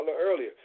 earlier